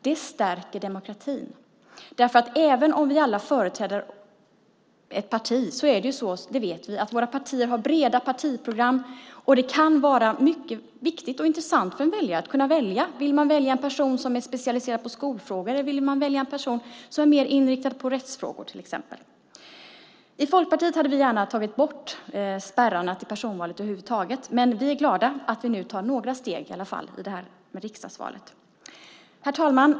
Det stärker demokratin, för även om vi alla företräder ett parti vet vi att våra partier har breda partiprogram, och det kan vara mycket viktigt och intressant för en väljare att kunna välja. Vill man välja en person som är specialiserad på skolfrågor, eller vill man välja en person som är specialiserad på rättsfrågor till exempel? Vi i Folkpartiet hade gärna tagit bort spärrarna till personvalet över huvud taget, men vi är glada att vi nu i alla fall tar några steg när det gäller riksdagsvalet. Herr talman!